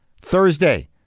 Thursday